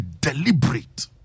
deliberate